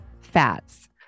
fats